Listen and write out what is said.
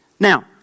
Now